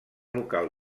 local